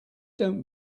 dont